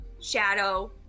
Shadow